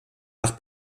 nach